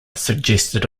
suggested